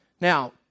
Now